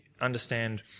understand